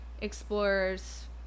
explorers